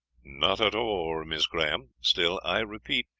not at all, miss graham. still, i repeat,